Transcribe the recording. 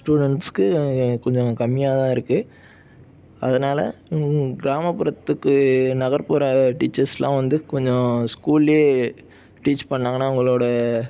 ஸ்டூடெண்ஸ்க்கு கொஞ்சம் கம்மியாக தான் இருக்குது அதனால கிராமப்புறத்துக்கு நகர்ப்புற டீச்சர்ஸ்லாம் வந்து கொஞ்சம் ஸ்கூல்லே டீச் பண்ணாங்கன்னா அவங்களோட